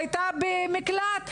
הייתה במקלט.